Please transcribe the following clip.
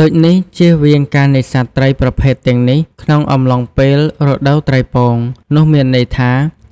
ដូចនេះជៀសវាងការនេសាទត្រីប្រភេទទាំងនេះ ក្នុងកំឡុងពេលរដូវត្រីពង នោះមានន័យថា